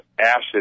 acid